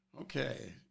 Okay